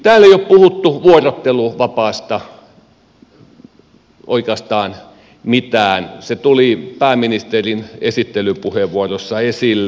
täällä ei ole puhuttu vuorotteluvapaasta oikeastaan mitään se tuli pääministerin esittelypuheenvuorossa esille